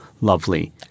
lovely